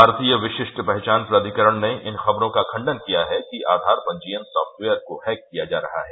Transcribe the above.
भारतीय विशिष्ट पहचान प्राधिकरण ने इन खबरों का खंडन किया है कि आधार पंजीयन सॉफ्टवेयर को हैक किया जा रहा है